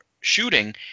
shooting